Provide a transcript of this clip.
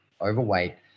overweight